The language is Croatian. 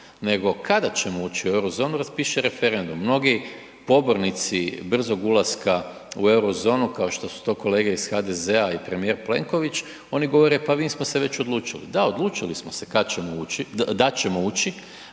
nego kada ćemo ući u Eurozonu raspiše referendum. Mnogi pobornici brzog ulaska u Eurozonu kao što su to kolege iz HDZ-a i premijer Plenković, oni govore pa mi smo se već odlučili, da odlučili smo se da ćemo ući ali